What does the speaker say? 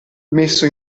messo